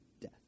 death